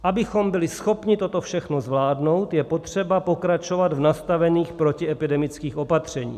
Abychom byli schopni toto všechno zvládnout, je potřeba pokračovat v nastavených protiepidemických opatřeních.